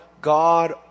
God